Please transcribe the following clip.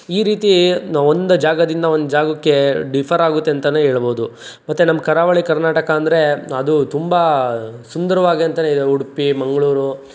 ಈ ರೀತಿ ನಾವು ಒಂದು ಜಾಗದಿಂದ ಒಂದು ಜಾಗಕ್ಕೆ ಡಿಫರ್ ಆಗುತ್ತೆ ಅಂತಲೇ ಹೇಳ್ಬೋದು ಮತ್ತು ನಮ್ಮ ಕರಾವಳಿ ಕರ್ನಾಟಕ ಅಂದರೆ ಅದು ತುಂಬ ಸುಂದರವಾಗಿ ಅಂತಲೇ ಉಡುಪಿ ಮಂಗಳೂರು